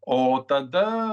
o tada